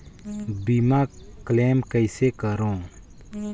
बीमा क्लेम कइसे करों?